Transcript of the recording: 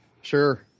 Sure